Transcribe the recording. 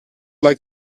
like